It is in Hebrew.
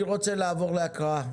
אני רוצה לעבור להקראה.